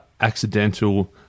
accidental